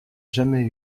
jamais